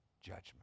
judgment